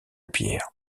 pierre